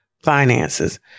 Finances